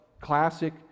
classic